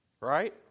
Right